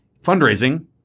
fundraising